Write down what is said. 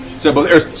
so both arrows